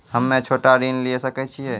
हम्मे छोटा ऋण लिये सकय छियै?